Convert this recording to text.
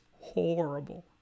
horrible